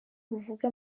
buvuge